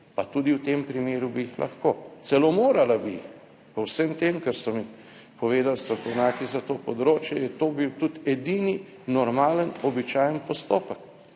pa tudi v tem primeru bi jih lahko, celo morala bi jih. Po vsem tem, kar so mi povedali strokovnjaki za to področje, je to bil tudi edini normalen, običajen postopek,